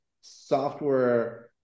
software